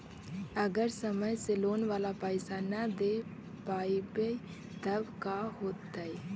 अगर समय से लोन बाला पैसा न दे पईबै तब का होतै?